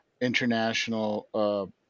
international